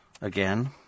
Again